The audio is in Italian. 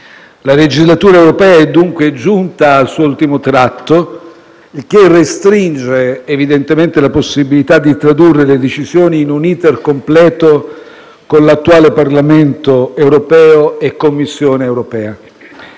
La legislatura europea è dunque giunta al suo ultimo tratto, il che evidentemente restringe la possibilità di tradurre le decisioni in un *iter* completo con l'attuale Parlamento europeo e con l'attuale Commissione europea.